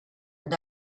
and